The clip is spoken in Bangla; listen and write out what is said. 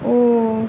ও